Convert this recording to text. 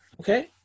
Okay